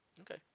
Okay